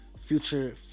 future